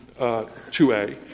2A